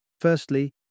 Firstly